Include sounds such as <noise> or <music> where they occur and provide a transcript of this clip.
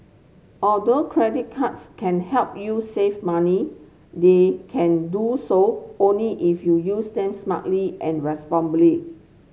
although credit cards can help you save money they can do so only if you use them smartly and <unintelligible>